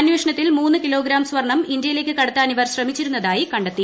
അന്വേഷ്ണിത്തിൽ മൂന്ന് kilogram സ്വർണ്ണം ഇന്ത്യയിലേയ്ക്ക് കടത്തൂർ ഇവർ ശ്രമിച്ചിരുന്നതായി കത്തി